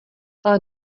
ale